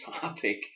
topic